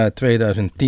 2010